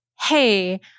Hey